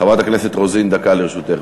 חברת הכנסת רוזין, דקה לרשותך.